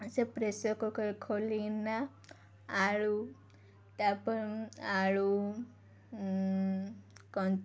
ସେ pressure cooker ଖୋୋଲିନା ଆଳୁ ତାପ ଆଳୁ